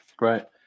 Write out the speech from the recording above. Right